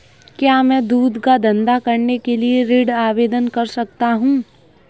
क्या मैं दूध का धंधा करने के लिए ऋण आवेदन कर सकता हूँ?